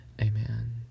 Amen